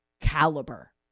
caliber